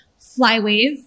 flyways